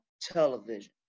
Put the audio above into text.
television